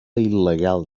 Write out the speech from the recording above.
il·legal